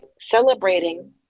celebrating